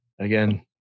again